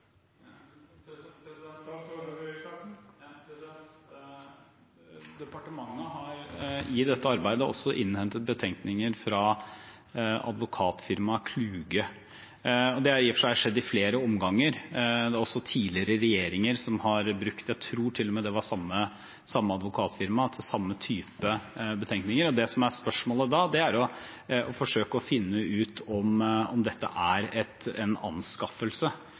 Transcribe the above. Departementet har i dette arbeidet også innhentet betenkninger fra advokatfirmaet Kluge. Det har i og for seg skjedd i flere omganger. Det er også tidligere regjeringer som har brukt samme advokatfirma, tror jeg, til samme type betenkninger. Det som er spørsmålet da, er å forsøke å finne ut om dette er en anskaffelse på vanlig måte. Noe av det Riksrevisjonen også problematiserer, er at dette i utgangspunktet er organisert som et